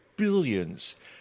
Billions